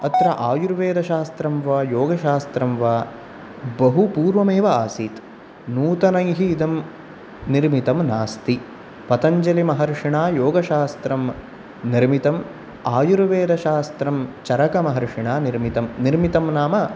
अत्र आयुर्वेदशास्त्रं वा योगशास्त्रं वा बहुपूर्वम् एव आसीत् नूतनैः इदं निर्मितं नास्ति पतञ्जलिमहर्षिणा योगशास्त्रं निर्मितम् आयुर्वेदशास्त्रं चरकमहर्षिणा निर्मितम् निर्मितं नाम